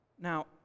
Now